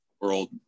world